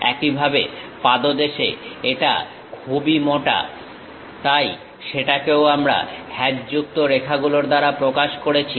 একইভাবে পাদদেশে এটা খুবই মোটা তাই সেটাকেও আমরা হ্যাচযুক্ত রেখাগুলোর দ্বারা প্রকাশ করেছি